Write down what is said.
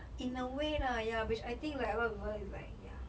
in a way lah ya which I think like a lot of people like ya